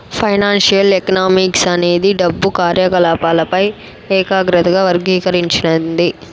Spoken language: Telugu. ఫైనాన్సియల్ ఎకనామిక్స్ అనేది డబ్బు కార్యకాలపాలపై ఏకాగ్రత వర్గీకరించింది